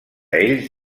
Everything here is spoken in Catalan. ells